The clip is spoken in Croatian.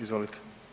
Izvolite.